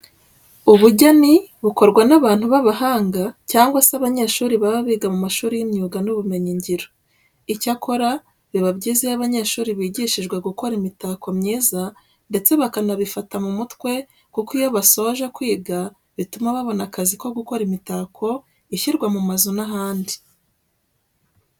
Ubugeni bukorwa n'abantu b'abahanga cyangwa se abanyeshuri baba biga mu mashuri y'imyuga n'ubumenyingiro. Icyakora biba byiza iyo aba banyeshuri bigishijwe gukora imitako myiza ndetse bakanabifata mu mutwe kuko iyo basoje kwiga bituma babona akazi ko gukora imitako ishyirwa mu mazu n'ahandi.